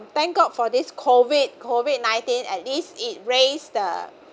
thank god for this COVID COVID nineteen at least it raised the